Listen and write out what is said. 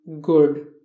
good